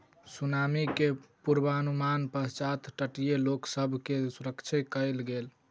tsunami के पुर्वनुमानक पश्चात तटीय लोक सभ के सुरक्षित कयल गेल